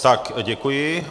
Tak děkuji.